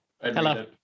hello